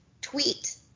tweet